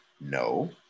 no